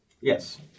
Yes